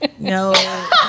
No